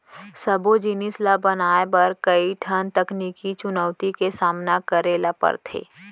सबो जिनिस ल बनाए बर कइ ठन तकनीकी चुनउती के सामना करे ल परथे